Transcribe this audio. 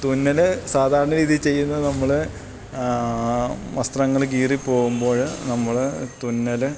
തുന്നൽ സാധാരണ രീതിയിൽ ചെയ്യുന്നത് നമ്മൾ വസ്ത്രങ്ങൾ കീറി പോകുമ്പോഴ് നമ്മൾ തുന്നൽ